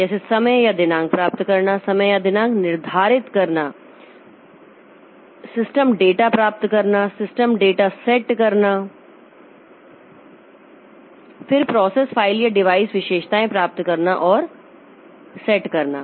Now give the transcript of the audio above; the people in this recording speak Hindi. जैसे समय या दिनांक प्राप्त करना समय या दिनांक निर्धारित करना सिस्टम डेटा प्राप्त करना सिस्टम डेटा सेट करना फिर प्रोसेस फ़ाइल या डिवाइस विशेषताएँ प्राप्त करना और सेट करना